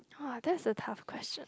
!wah! that's a tough question